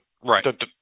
right